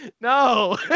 No